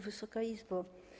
Wysoka Izbo!